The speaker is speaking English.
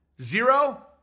Zero